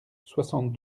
soixante